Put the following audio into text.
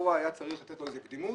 שלכאורה היה צריך לתת למועמד איזו קדימות,